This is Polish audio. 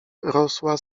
rosła